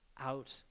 out